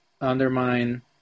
undermine